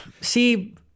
see